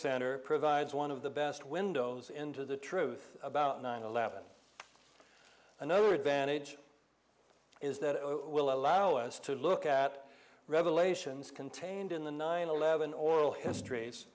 center provides one of the best windows into the truth about nine eleven another advantage is that it will allow us to look at revelations contained in the nine eleven oral histories